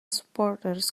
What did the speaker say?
supporters